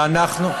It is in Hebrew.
ואנחנו,